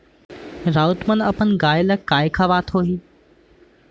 राउत मन अपन गाय ल काय खवावत होहीं